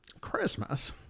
Christmas